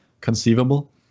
conceivable